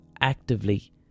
actively